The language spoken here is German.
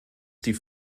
die